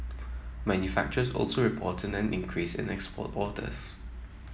manufacturers also reported an increase in export orders